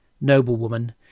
noblewoman